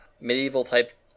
medieval-type